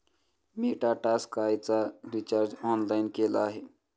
मी टाटा स्कायचा recharge online केला आहे